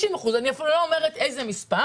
50 אחוזים אני אפילו לא אומרת מה גובה האחוז